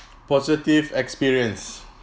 positive experience